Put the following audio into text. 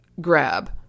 grab